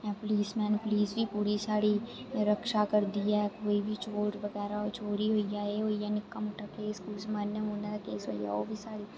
policeman police बी पूरी साढ़ी रक्षा करदी ऐ कोई बी चोर बगैरा चोरी होई जा कोई एह् होई जा निक्का मुट्टा केस कोस मरने मुरने दा केस होई जा ओह् बी साढ़ी